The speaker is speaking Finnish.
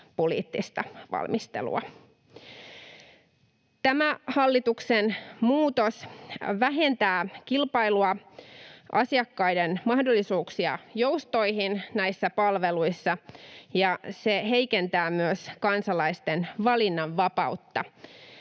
poliittista valmistelua. Tämä hallituksen muutos vähentää kilpailua ja asiakkaiden mahdollisuuksia joustoihin näissä palveluissa sekä myös heikentää kansalaisten valinnanvapautta,